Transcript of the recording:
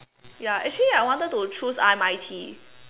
ya actually I wanted to choose R_M_I_T